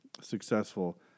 successful